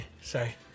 sorry